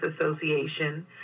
association